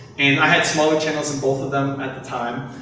and i had smaller channels in both of them at the time,